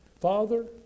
Father